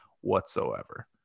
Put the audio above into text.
whatsoever